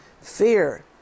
fear